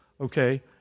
okay